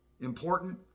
important